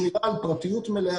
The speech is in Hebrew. צהריים טובים.